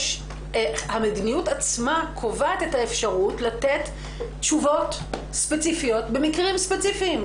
המדיניות עצמה קובעת את האפשרות לתת תשובות ספציפיות במקרים ספציפיים,